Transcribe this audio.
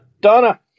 Donna